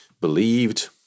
believed